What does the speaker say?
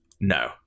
No